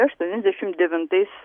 aštuoniasdešim devintais